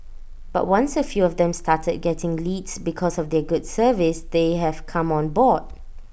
but once A few of them started getting leads because of their good service they have come on board